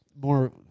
more